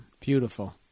beautiful